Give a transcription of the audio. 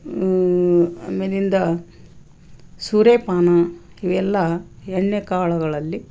ಅಮೇಲಿಂದ ಸುರೇಪಾನ ಇವೆಲ್ಲ ಎಣ್ಣೆಕಾಳುಗಳಲ್ಲಿ